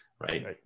Right